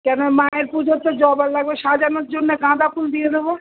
কেন মায়ের পুজো তো জবা লাগবে সাজানোর জন্যে গাঁদা ফুল দিয়ে দেবো